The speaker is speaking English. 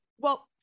Well-